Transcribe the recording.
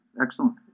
Excellent